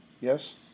Yes